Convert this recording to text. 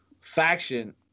faction